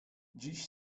dziś